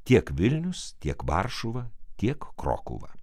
tiek vilnius tiek varšuva tiek krokuva